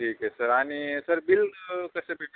ठीक आहे सर आणि सर बिल कसं पेमेंट करणार